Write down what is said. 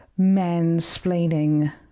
mansplaining